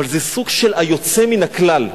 אבל זה סוג של היוצא מן הכלל.